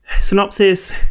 Synopsis